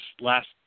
last